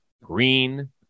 Green